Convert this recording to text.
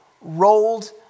rolled